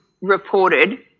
reported